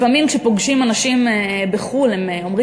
לפעמים כשפוגשים אנשים בחו"ל הם אומרים,